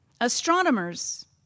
astronomers